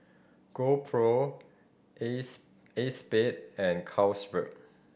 GoPro Acexspade and Carlsberg